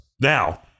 Now